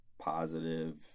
positive